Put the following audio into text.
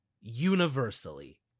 Universally